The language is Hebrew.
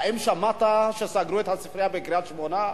האם שמעת שסגרו את הספרייה בקריית-שמונה?